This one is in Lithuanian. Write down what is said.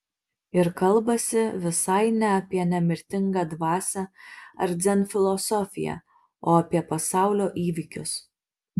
ir kalbasi visai ne apie nemirtingą dvasią ar dzen filosofiją o apie pasaulio įvykius